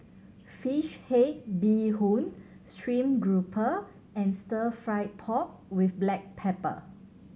fish head bee hoon stream grouper and Stir Fried Pork With Black Pepper